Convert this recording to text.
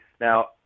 Now